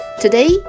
Today